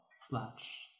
slash